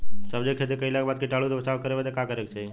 सब्जी के खेती कइला के बाद कीटाणु से बचाव करे बदे का करे के चाही?